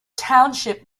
township